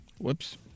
Whoops